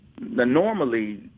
Normally